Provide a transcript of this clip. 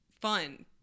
fun